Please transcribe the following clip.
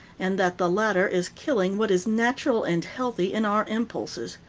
and that the latter is killing what is natural and healthy in our impulses.